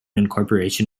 incorporation